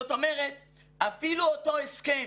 אפילו אותו הסכם